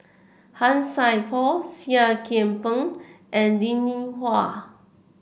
Han Sai Por Seah Kian Peng and Linn In Hua